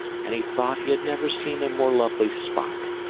and he thought he had never seen a more lovely spot.